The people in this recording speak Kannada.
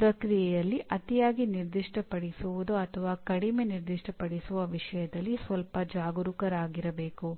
ಪ್ರಕ್ರಿಯೆಯಲ್ಲಿ ಅತಿಯಾಗಿ ನಿರ್ದಿಷ್ಟ ಪಡಿಸುವುದು ಅಥವಾ ಕಡಿಮೆ ನಿರ್ದಿಷ್ಟಪಡಿಸುವ ವಿಷಯದಲ್ಲಿ ಸ್ವಲ್ಪ ಜಾಗರೂಕರಾಗಿರಬೇಕು